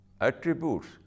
attributes